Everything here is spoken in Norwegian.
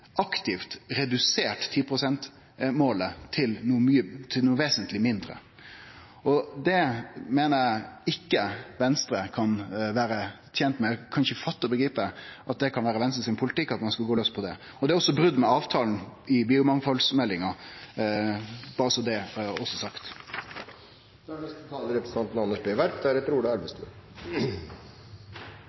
aktivt redusert 10 pst.-målet til noko vesentleg mindre. Det meiner eg Venstre ikkje kan vere tent med – eg kan ikkje fatte og begripe at det kan vere Venstres politikk at ein skal gå laus på det. Det er også brot på avtalen i biomangfaldmeldinga – berre så det også er sagt.